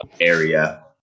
area